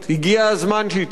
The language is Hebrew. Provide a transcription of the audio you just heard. הגיע הזמן שהיא תלך,